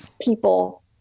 people